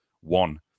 One